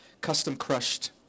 custom-crushed